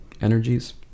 energies